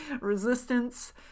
resistance